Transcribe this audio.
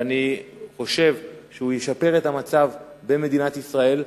ואני חושב שהוא ישפר את המצב במדינת ישראל.